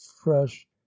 fresh